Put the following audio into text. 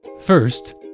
First